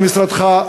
למשרדך,